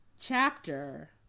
chapter